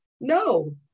No